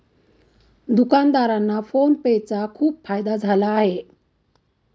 दुकानदारांना PhonePe चा खूप फायदा झाला आहे